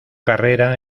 carrera